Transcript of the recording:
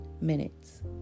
minutes